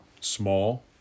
small